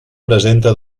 presenta